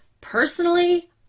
personally